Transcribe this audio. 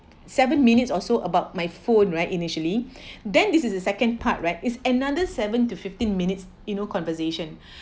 seven minutes also about my phone right initially then this is the second part right is another seven to fifteen minutes you know conversation